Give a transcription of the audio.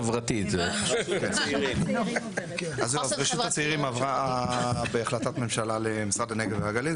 אז רשות הצעירים עברה בהחלטת ממשלה למשרד הנגב והגליל,